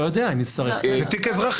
לא הבנתי את הקפיצה בחילוט אזרחי